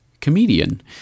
Comedian